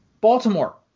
Baltimore